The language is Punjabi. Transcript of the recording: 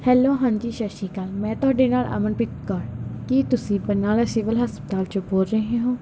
ਹੈਲੋ ਹਾਂਜੀ ਸਤਿ ਸ਼੍ਰੀ ਅਕਾਲ ਮੈਂ ਤੁਹਾਡੇ ਨਾਲ ਅਮਨਪ੍ਰੀਤ ਕੌਰ ਕੀ ਤੁਸੀਂ ਬਰਨਾਲਾ ਸਿਵਲ ਹਸਪਤਾਲ 'ਚ ਬੋਲ ਰਹੇ ਹੋ